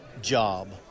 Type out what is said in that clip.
job